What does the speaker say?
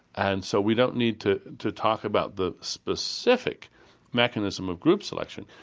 and so we don't need to to talk about the specific mechanism of group selection,